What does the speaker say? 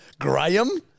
Graham